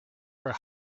for